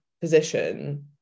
position